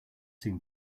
seem